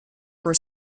were